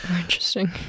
interesting